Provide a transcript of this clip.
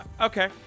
Okay